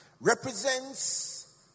represents